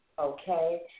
Okay